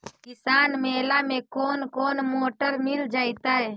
किसान मेला में कोन कोन मोटर मिल जैतै?